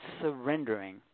surrendering